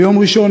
ביום ראשון,